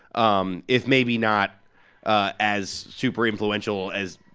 um if maybe not ah as super influential as,